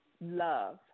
Love